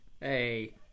Hey